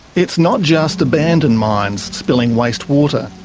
it's not just abandoned mines spilling waste water.